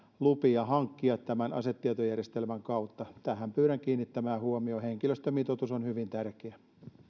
lupia hankkia tämän asetietojärjestelmän kautta tähän pyydän kiinnittämään huomion henkilöstömitoitus on hyvin tärkeä